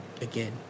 again